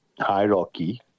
hierarchy